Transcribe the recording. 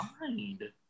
mind